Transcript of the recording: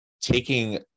Taking